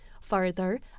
Further